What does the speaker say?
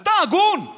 אתה הגון?